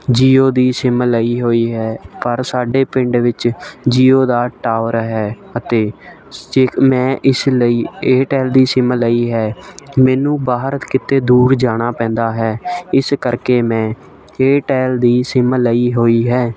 JIO ਦੀ sim ਲਈ ਹੋਈ ਹੈ ਪਰ ਸਾਡੇ ਪਿੰਡ ਵਿੱਚ ਜੀਓ ਦਾ ਟਾਵਰ ਹੈ ਅਤੇ ਮੈਂ ਇਸ ਲਈ ਏਅਰਟੈਲ ਦੀ ਸਿੰਮ ਲਈ ਹੈ ਮੈਨੂੰ ਬਾਹਰ ਕਿਤੇ ਦੂਰ ਜਾਣਾ ਪੈਂਦਾ ਹੈ ਇਸ ਕਰ ਕੇ ਮੈਂ ਏਅਰਟੈਲ ਦੀ ਸਿੰਮ ਲਈ ਹੋਈ ਹੈ